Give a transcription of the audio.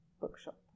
bookshop